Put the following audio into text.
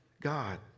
God